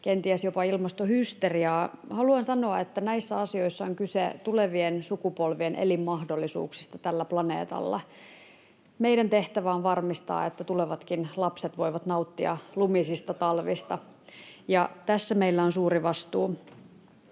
kenties jopa ilmastohysteriaa. Haluan sanoa, että näissä asioissa on kyse tulevien sukupolvien elinmahdollisuuksista tällä planeetalla. Meidän tehtävä on varmistaa, että tulevatkin lapset voivat nauttia lumisista talvista, [Petri Huru: